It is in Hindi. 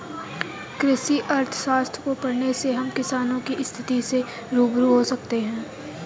कृषि अर्थशास्त्र को पढ़ने से हम किसानों की स्थिति से रूबरू हो सकते हैं